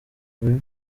baby